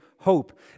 hope